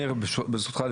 אני ברשותך,